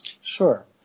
Sure